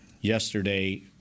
yesterday –